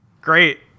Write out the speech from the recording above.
Great